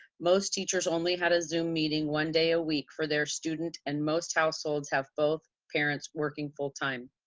most teachers only had a zoom meeting one day a week for their student and most households have both parents working full time.